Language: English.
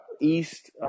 east